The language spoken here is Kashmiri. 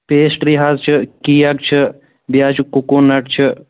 پیسٹری حظ چھِ کیک چھِ بیٚیہِ حظ چھُ کوکونَٹ چھِ